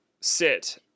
sit